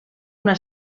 una